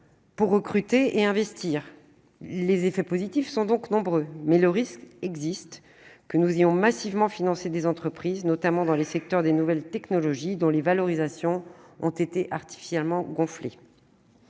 pour recruter et investir. Les effets positifs sont donc nombreux. Mais le risque existe que nous ayons massivement financé des entreprises, notamment dans les secteurs des nouvelles technologies, dont les valorisations ont été artificiellement gonflées.